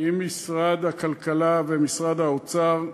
עם משרד הכלכלה ומשרד האוצר,